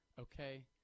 Okay